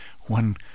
one